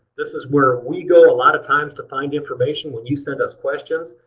this is where we go a lot of times to find information when you send us questions.